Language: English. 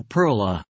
Perla